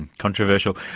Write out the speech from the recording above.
and controversial.